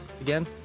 again